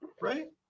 right